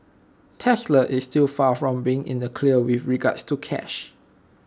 Tesla is still far from being in the clear with regards to cash